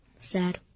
Sad